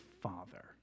father